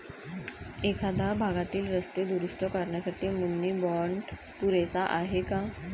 एखाद्या भागातील रस्ते दुरुस्त करण्यासाठी मुनी बाँड पुरेसा आहे का?